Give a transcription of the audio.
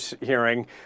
hearing